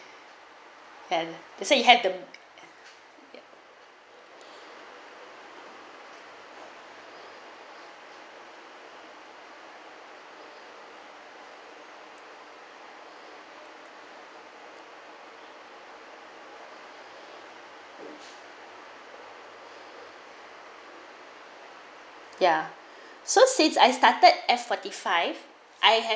and that say you have the ya so since I stared F forty five I had